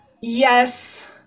yes